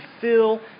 fill